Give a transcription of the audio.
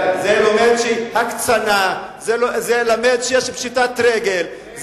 אני לומד שיש הקצנה, שיש פשיטת רגל.